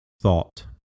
thought